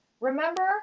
Remember